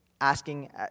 asking